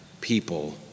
people